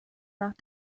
nach